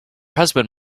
husband